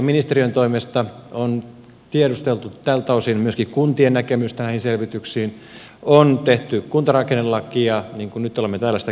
ministeriön toimesta on tiedusteltu tältä osin myöskin kuntien näkemystä näihin selvityksiin on tehty kuntarakennelakia niin kuin nyt olemme täällä sitä käsittelemässä